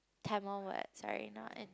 Tamil word sorry not and